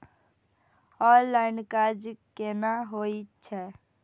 Online कर्ज केना होई छै?